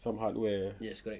some hardware